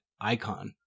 icon